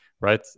right